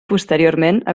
posteriorment